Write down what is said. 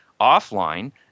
offline